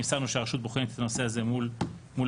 נמסר לנו שהרשות בוחנת את הנושא הזה מול לפ"מ.